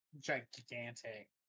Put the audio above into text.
gigantic